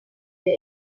der